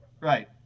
Right